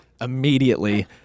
immediately